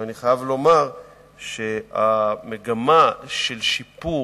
ואני חייב לומר שהמגמה של שיפור,